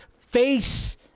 face